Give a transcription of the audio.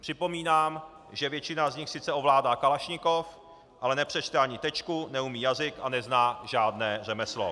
Připomínám, že většina z nich sice ovládá kalašnikov, ale nepřečte ani tečku, neumí jazyk a nezná žádné řemeslo.